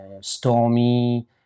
Stormy